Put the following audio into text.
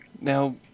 Now